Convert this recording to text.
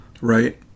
Right